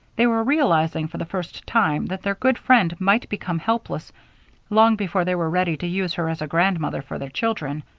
they were realizing, for the first time, that their good friend might become helpless long before they were ready to use her as a grandmother for their children,